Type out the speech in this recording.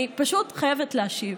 אני פשוט חייבת להשיב.